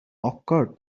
occur